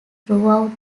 throughout